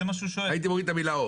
אמרו לנו,